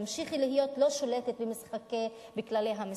תמשיכי להיות לא שולטת בכללי המשחק.